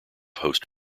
host